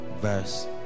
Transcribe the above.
verse